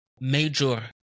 major